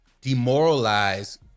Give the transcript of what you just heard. demoralize